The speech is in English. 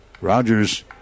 Rogers